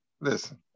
Listen